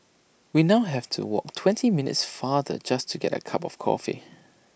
we now have to walk twenty minutes farther just to get A cup of coffee